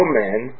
men